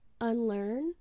unlearn